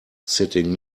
sitting